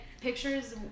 pictures